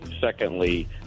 secondly